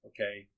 Okay